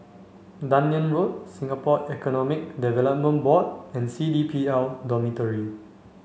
Dunearn Road Singapore Economic Development Board and C D P L Dormitory